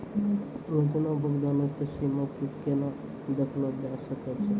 रोजाना भुगतानो के सीमा के केना देखलो जाय सकै छै?